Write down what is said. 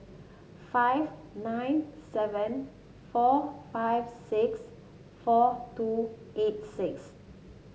five nine seven four five six four two eight six